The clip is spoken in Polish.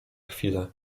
chwilę